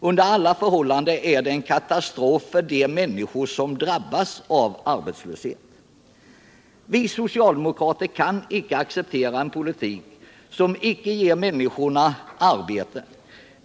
Under alla förhållanden är det en katastrof för de människor som drabbas av arbetslöshet. Vi socialdemokrater kan icke acceptera en politik som icke ger människor arbete.